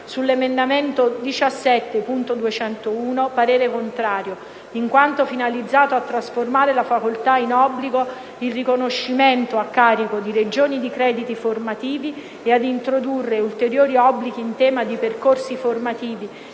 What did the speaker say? sull'emendamento 17.201 parere contrario, in quanto finalizzato a trasformare da facoltà in obbligo il riconoscimento, a carico delle Regioni, di crediti formativi e ad introdurre ulteriori obblighi in tema di percorsi formativi,